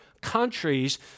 countries